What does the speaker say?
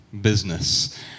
business